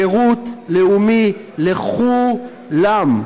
שירות לאומי לכו-לם.